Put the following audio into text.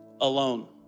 alone